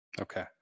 Okay